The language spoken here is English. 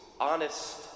honest